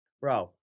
Bro